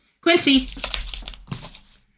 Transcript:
Quincy